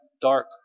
dark